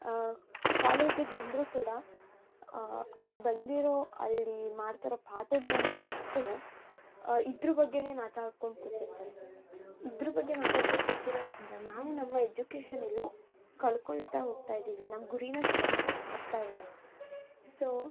ಕಾಲೇಜಿಗೆ ಬಂದರು ಕೂಡ ಅಲ್ಲಿ ಬಂದಿರೊ ಅಲ್ಲಿ ಮಾಡ್ತಿರೊ ಪಾಠದ್ದನ್ನು ಬಿಟ್ಟು ಇದ್ರ ಬಗ್ಗೆಯೇ ಮಾತಾಡ್ಕೊಂಡು ಕೂತಿರ್ತಾಳೆ ಇದ್ರ ಬಗ್ಗೆ ಮಾತಾಡ್ತ ಕೂತಿರೋದರಿಂದ ನಾವು ನಮ್ಮ ಎಜುಕೇಶನ್ ಎಲ್ಲೋ ಕಳ್ಕೊಳ್ತಾ ಹೋಗ್ತಾ ಇದ್ದೀವಿ ನಮ್ಮ ಗುರೀನ ಸಾಧಿಸೋಕೆ ಆಗ್ತಾಯಿಲ್ಲ ಸೊ